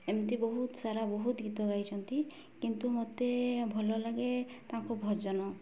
ଏମିତି ବହୁତ ସାରା ବହୁତ ଗୀତ ଗାଇଚନ୍ତି କିନ୍ତୁ ମତେ ଭଲ ଲାଗେ ତାଙ୍କ ଭଜନ